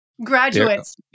Graduates